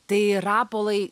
tai rapolai